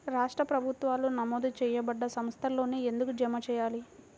రాష్ట్ర ప్రభుత్వాలు నమోదు చేయబడ్డ సంస్థలలోనే ఎందుకు జమ చెయ్యాలి?